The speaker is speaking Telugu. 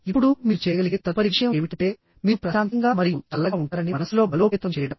ఇప్పుడు మీరు చేయగలిగే తదుపరి విషయం ఏమిటంటే మీరు ప్రశాంతంగా మరియు చల్లగా ఉంటారని మనస్సులో బలోపేతం చేయడం